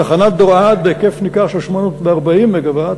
תחנת "דורעד" בהיקף ניכר של 840 מגה-ואט